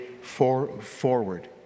forward